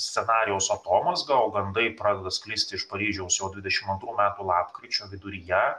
scenarijaus atomazgą o gandai pradeda sklisti iš paryžiaus jau dvidešim antrų metų lapkričio viduryje